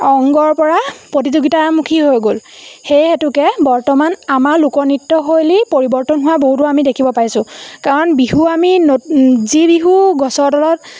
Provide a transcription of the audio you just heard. অংগৰপৰা প্ৰতিযোগিতামুখী হৈ গ'ল সেই হেতুকে বৰ্তমান আমাৰ লোকনৃত্যশৈলী পৰিৱৰ্তন হোৱা বহুতো আমি দেখিব পাইছোঁ কাৰণ বিহু আমি যি বিহু গছৰ তলত